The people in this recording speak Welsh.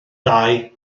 dau